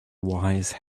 wise